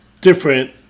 different